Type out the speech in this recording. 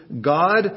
God